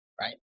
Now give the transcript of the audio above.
right